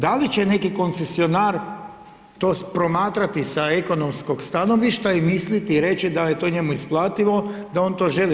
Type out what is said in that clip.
Da li će neki koncesionar to promatrati sa ekonomskog stanovišta i misliti i reći da je to njemu isplativo, da on to želi?